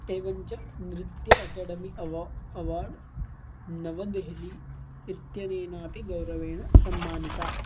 एवञ्च नृत्य एकाडमी अवा अवार्ड् नवदेहलि इत्यनेनापि गौरवेण सम्मानिता